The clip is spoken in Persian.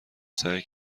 سعی